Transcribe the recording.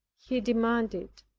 he demanded